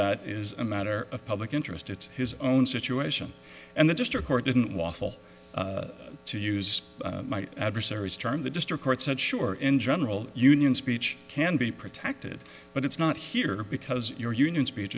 that is a matter of public interest it's his own situation and the district court didn't waffle to use my adversaries term the district court said sure in general union speech can be protected but it's not here because your union speech